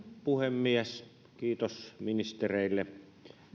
puhemies kiitos ministereille